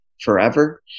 forever